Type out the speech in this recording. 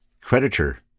creditor